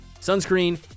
Sunscreen